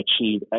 achieve